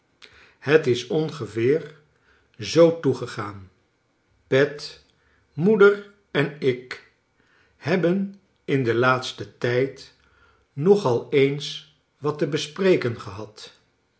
het is ongeveer zoo toegegaan pet moeder en ik hebben in den laatsten tijd nog al eens wat te bespreken gehad